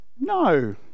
no